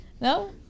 No